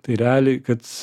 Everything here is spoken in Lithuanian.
tai realiai kad